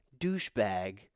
douchebag